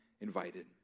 invited